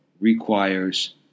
requires